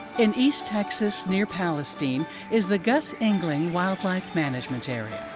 in east texas near palestine is the gus engeling wildlife management area.